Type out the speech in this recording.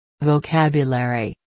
Vocabulary